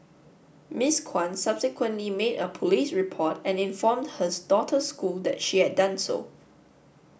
Miss Kwan subsequently made a police report and informed he daughter's school that she had done so